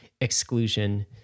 exclusion